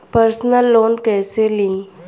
Personal loan कैसे ली?